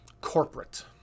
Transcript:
corporate